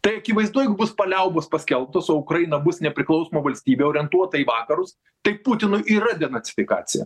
tai akivaizdu jeigu bus paliaubos paskelbtos o ukraina bus nepriklausoma valstybė orientuota į vakarus tai putinui yra denacifikacija